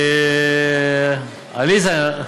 עליזה.